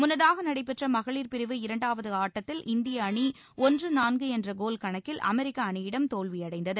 முன்னதாக நடைபெற்ற மகளிர் பிரிவு இரண்டாவது ஆட்டத்தில் இந்திய அணி ஒன்று நான்கு என்ற கோல் கணக்கில் அமெரிக்க அணியிடம் தோல்வியடைந்தது